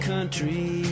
country